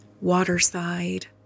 waterside